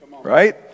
right